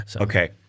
Okay